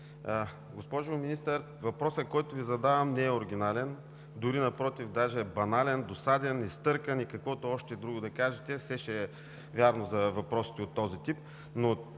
Госпожо Министър, въпросът, който Ви задавам, не е оригинален, дори напротив, даже банален, досаден, изтъркан и, каквото още друго да кажете, все ще е вярно за въпросите от този тип.